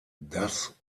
das